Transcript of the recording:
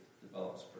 develops